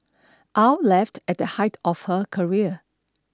Aw left at the height of her career